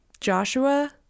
Joshua